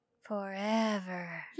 forever